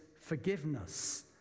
forgiveness